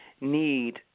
need